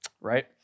right